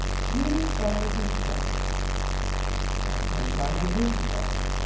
three thousand ducats i think i may take his bond.